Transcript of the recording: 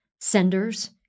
Senders